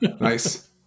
nice